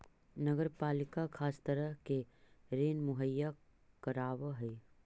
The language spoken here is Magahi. नगर पालिका खास तरह के ऋण मुहैया करावऽ हई